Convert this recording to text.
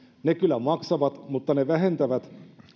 ne kyllä maksavat mutta ne vähentävät